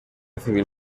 civil